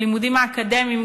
בלימודים האקדמיים,